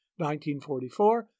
1944